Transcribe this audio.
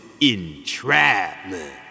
entrapment